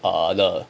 uh the